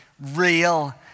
real